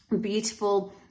beautiful